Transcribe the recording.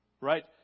Right